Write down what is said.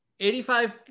85%